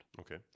Okay